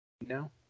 no